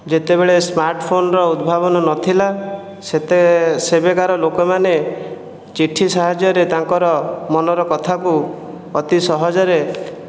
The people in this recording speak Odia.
ଯେତେବେଳେ ସ୍ମାର୍ଟଫୋନ୍ର ଉଦ୍ଭାବନ ନଥିଲା ସେତେ ସେବେକାର ଲୋକମାନେ ଚିଠି ସାହାଯ୍ୟରେ ତାଙ୍କର ମନର କଥାକୁ ଅତି ସହଜରେ